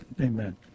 Amen